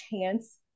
chance